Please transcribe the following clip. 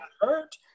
hurt